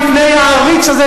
בפני העריץ הזה,